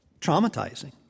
Traumatizing